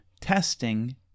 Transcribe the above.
Testing